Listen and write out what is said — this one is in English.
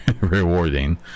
rewarding